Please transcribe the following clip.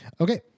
Okay